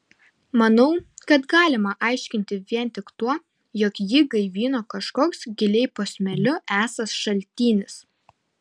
manau kad galima aiškinti vien tik tuo jog jį gaivino kažkoks giliai po smėliu esąs šaltinis